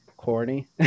corny